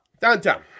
downtown